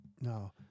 No